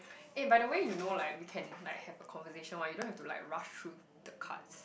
eh by the way you know like we can like have a conversation [one] you don't have to like rush through the cards